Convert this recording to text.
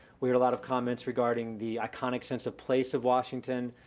we had a lot of comments regarding the iconic sense of place of washington,